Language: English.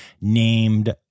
named